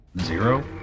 zero